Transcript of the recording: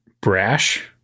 brash